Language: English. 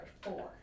Four